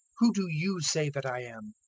who do you say that i am?